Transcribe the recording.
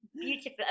beautiful